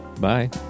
Bye